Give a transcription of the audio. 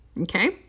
Okay